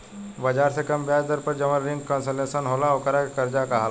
बाजार से कम ब्याज दर पर जवन रिंग कंसेशनल होला ओकरा के कर्जा कहाला